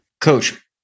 Coach